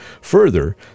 Further